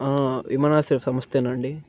విమానాశ్ర సంస్థఏనా ఆండీ